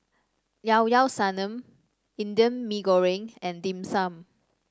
Llao Llao Sanum Indian Mee Goreng and Dim Sum